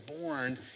born